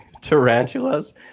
tarantulas